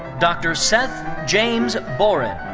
dr. seth james borin.